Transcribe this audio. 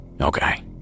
Okay